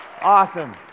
awesome